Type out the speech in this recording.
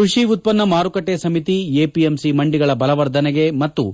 ಕ್ಷಷಿ ಉತ್ತನ್ನ ಮಾರುಕಟ್ಟೆ ಸಮಿತಿ ಎಪಿಎಂಸಿ ಮಂಡಿಗಳ ಬಲವರ್ಧನೆಗೆ ಮತ್ತು